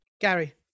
Gary